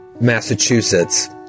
massachusetts